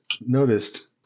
noticed